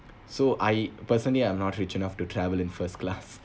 so I personally I'm not rich enough to travel in first class